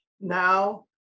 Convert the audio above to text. now